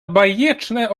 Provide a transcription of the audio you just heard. bajeczne